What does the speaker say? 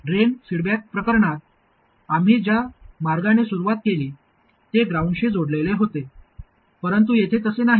drain feedback प्रकरणात आम्ही ज्या मार्गाने सुरुवात केली ते ग्राउंडशी जोडलेले होते परंतु येथे तसे नाही